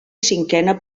cinquena